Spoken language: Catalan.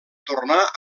tornar